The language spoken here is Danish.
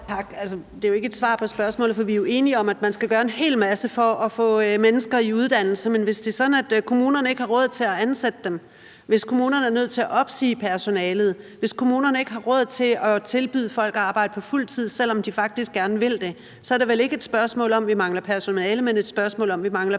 Normann Andersen (SF): Tak. Altså, det er jo ikke et svar på spørgsmålet, for vi er enige om, at man skal gøre en hel masse for at få mennesker i uddannelse. Men hvis det er sådan, at kommunerne ikke har råd til at ansætte dem, hvis kommunerne er nødt til at opsige personalet, hvis kommunerne ikke har råd til at tilbyde folk at arbejde på fuld tid, selv om de faktisk gerne vil det, så er det vel ikke et spørgsmål om, at vi mangler personale, men et spørgsmål om, at vi mangler penge.